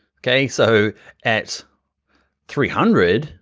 okay, so at three hundred,